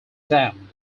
dam